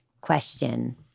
question